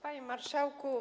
Panie Marszałku!